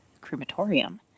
crematorium